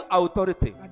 authority